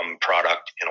product